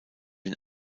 den